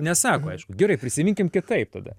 nesako aišku gerai prisiminkim kitaip tada